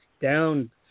down